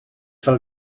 fel